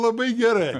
labai gerai